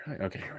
Okay